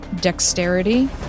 dexterity